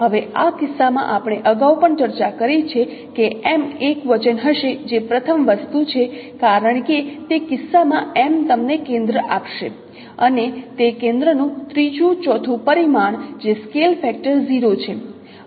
હવે આ કિસ્સામાં આપણે અગાઉ પણ ચર્ચા કરી છે કે M એકવચન હશે જે પ્રથમ વસ્તુ છે કારણ કે તે કિસ્સામાં M તમને કેન્દ્ર આપશે અને તે કેન્દ્રનું ત્રીજું ચોથું પરિમાણ જે સ્કેલ ફેક્ટર 0 છે